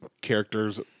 characters